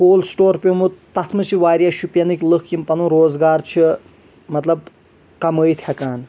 cold store پیوٚمُت تَتھ منٛز چھ واریاہ شُپینٕکۍ لُکھ یِم پنُن روزگار چھ مطلب کمأیِتھ ہٮ۪کان